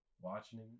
watching